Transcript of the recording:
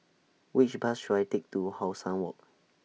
Which Bus should I Take to How Sun Walk